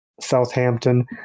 Southampton